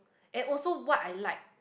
and also what I like